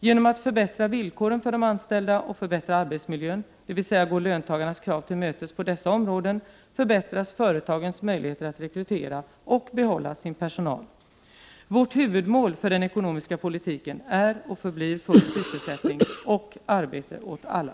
Genom att förbättra villkoren för de anställda och förbättra arbetsmiljön, dvs. gå löntagarnas krav till mötes på dessa områden, förbättras företagens möjligheter att rekrytera och behålla sin personal. Vårt huvudmål för den ekonomiska politiken är och förblir full sysselsättning och arbete åt alla.